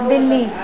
ॿिली